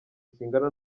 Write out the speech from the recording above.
kingana